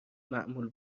معمول